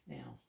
Now